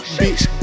bitch